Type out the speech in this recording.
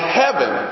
heaven